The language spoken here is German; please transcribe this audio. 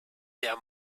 der